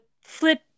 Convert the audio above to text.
flip